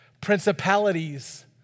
principalities